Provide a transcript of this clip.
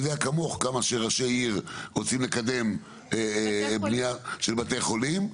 אני יודע כמוך כמה שראשי עיר רוצים לקדם בנייה של בתי חולים.